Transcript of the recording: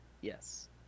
Yes